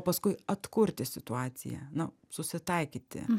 paskui atkurti situaciją na susitaikyti